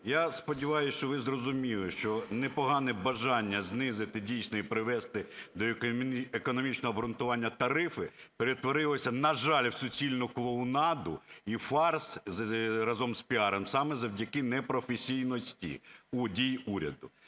Я сподіваюсь, що ви зрозуміли, що непогане бажання знизити, дійсно, і привести до економічного обґрунтування тарифи перетворилося, на жаль, в суцільну клоунаду і в фарс разом з піаром саме завдяки непрофесійності у діях уряду.